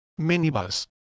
minibus